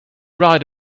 write